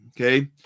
Okay